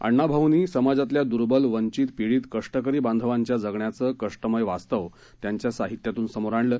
अण्णाभाऊंनी समाजातल्या द्र्बल वंचित पिडीत कष्टकरी बांधवांच्या जगण्याचं कष्टमय वास्तव त्यांच्या साहित्यातून समोर आणलं